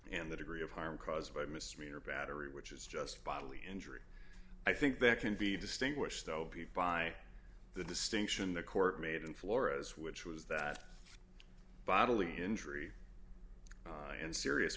and the degree of harm caused by misdemeanor battery which is just bodily injury i think that can be distinguished o p by the distinction the court made in flores which was that bodily injury and serious